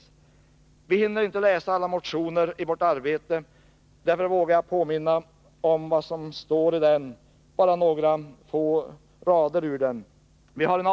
Vi riksdagsledamöter hinner inte läsa alla motioner i vårt dagliga arbete. Därför vågar jag påminna om vad som står i vår motion. Jag skall bara citera några få rader.